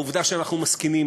העובדה שאנחנו מסכימים,